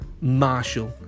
Marshall